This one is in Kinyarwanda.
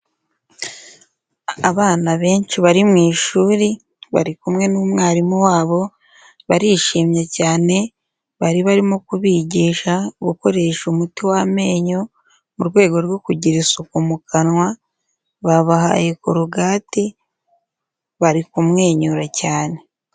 Abana benshi bari mu ishuri bari kumwe n'umwarimu wabo barishimye cyane, bari barimo kubigisha gukoresha umuti w'amenyo mu rwego rwo kugira isuku mu kanwa babahaye korogate bari kumwenyura cyane.